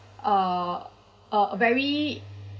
uh a very